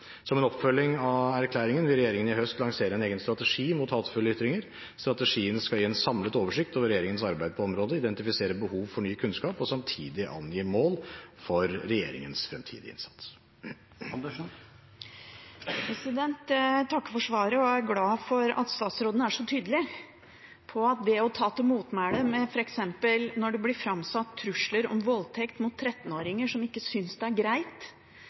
Som en oppfølging av erklæringen vil regjeringen i høst lansere en egen strategi mot hatefulle ytringer. Strategien skal gi en samlet oversikt over regjeringens arbeid på området, identifisere behov for ny kunnskap og samtidig angi mål for regjeringens fremtidige innsats. Jeg takker for svaret og er glad for at statsråden er så tydelig når det gjelder å ta til motmæle mot f.eks. at det blir framsatt trusler om voldtekt mot 13-åringer, og at en ikke synes det er greit